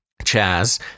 Chaz